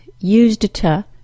used-to